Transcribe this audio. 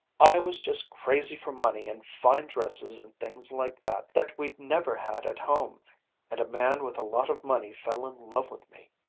i was just crazy for money and fine dresses and things like that, that we'd never had at home and a man with a lot of money fell in love with me.